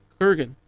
Kurgan